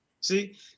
See